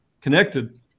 connected